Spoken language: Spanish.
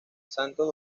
santos